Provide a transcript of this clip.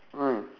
mm